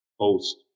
post